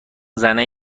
زنه